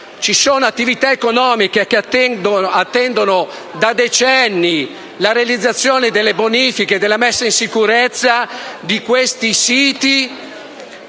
Ci sono attività economiche che attendono da decenni la realizzazione delle bonifiche e della messa in sicurezza di questi siti,